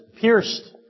pierced